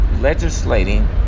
legislating